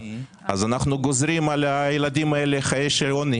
אנו גוזרים על הילדים הללו חיי עוני.